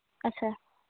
ᱟᱪᱪᱷᱟ